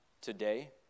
today